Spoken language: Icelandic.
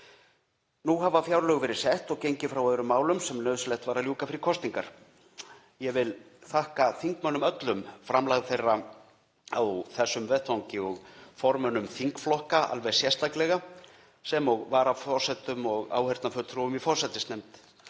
Nú hafa fjárlög verið sett og gengið frá öðrum málum sem nauðsynlegt var að ljúka fyrir kosningar. Ég vil þakka þingmönnum öllum framlag þeirra á þessum vettvangi og formönnum þingflokka alveg sérstaklega sem og varaforsetum og áheyrnarfulltrúum í forsætisnefnd.